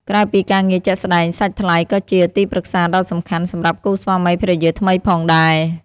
ក្រៅពីការងារជាក់ស្ដែង សាច់ថ្លៃក៏ជា ទីប្រឹក្សាដ៏សំខាន់ សម្រាប់គូស្វាមីភរិយាថ្មីផងដែរ។